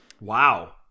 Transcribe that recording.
Wow